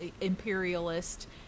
imperialist